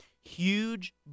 huge